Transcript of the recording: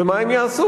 ומה הם יעשו?